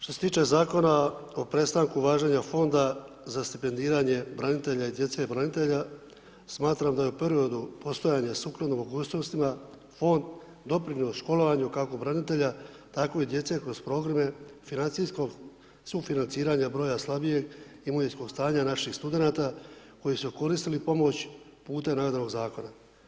Što se tiče Zakona o prestanku važenja Fonda za stipendiranje branitelja i djece branitelja smatram da je u periodu postojanja sukladno mogućnostima Fond doprinio školovanju kako branitelja tako i djece kroz programe financijskog sufinanciranja broja slabijeg imovinskog stanja naši studenata koji su koristili pomoć putem rada ovog zakona.